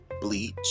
bleach